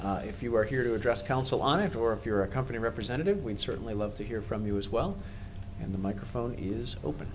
if you were here to address council on it or if you're a company representative we'd certainly love to hear from you as well and the microphone is open